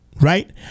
Right